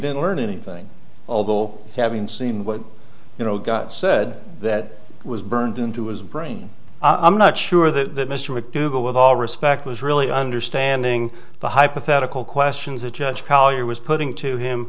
didn't learn anything although having seen what you know got said that was burned into his brain i'm not sure the mr mcdougal with all respect was really understanding the hypothetical questions that judge collier was putting to him